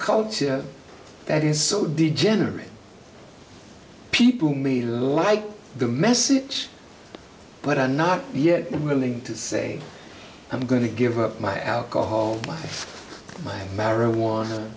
culture that is so degenerate people who like the message but are not yet willing to say i'm going to give up my alcohol life my marijuana